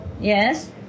Yes